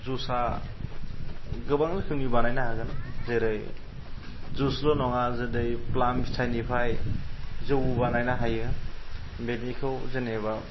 जुइसआ गोबां रोखोमनि बानायनो हागोन जेरै जुइसल' नङा जेरै प्लाम फिथाइनिफ्राय जौ बानायनो हायो बेनिखौ जेनेबा